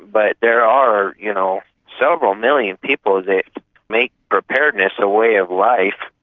but there are you know several million people that make preparedness a way of life.